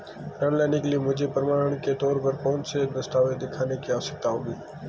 ऋृण लेने के लिए मुझे प्रमाण के तौर पर कौनसे दस्तावेज़ दिखाने की आवश्कता होगी?